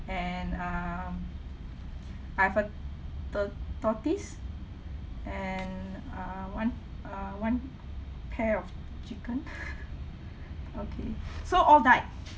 and um I've a tu~ tortoise and uh one uh one pair of chicken okay so all died